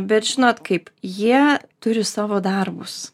bet žinot kaip jie turi savo darbus